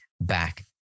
back